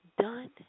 done